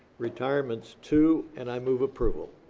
retirements two, and i move approval.